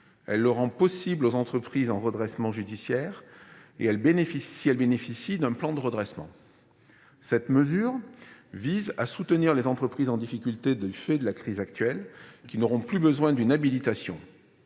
Elle rend cet accès possible aux entreprises en redressement judiciaire qui bénéficient d'un plan de redressement. Cette mesure vise à soutenir les entreprises en difficulté du fait de la crise actuelle, qui n'auront plus besoin d'une habilitation.